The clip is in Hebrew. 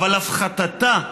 אבל הפחתתה,